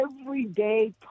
everyday